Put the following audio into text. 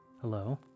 Hello